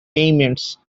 payments